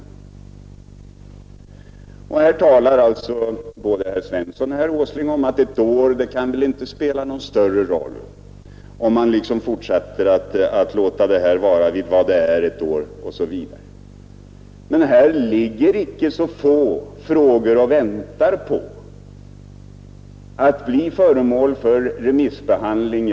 Nu talar både herr Svensson i Malmö och herr Åsling om att ett år kan väl inte spela någon större roll — alltså om man fortsätter att låta det här vara vid vad det är ett år osv. Men det ligger icke så få frågor och väntar som är beroende av resultatet av denna remissbehandling.